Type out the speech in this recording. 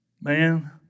Man